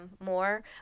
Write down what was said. more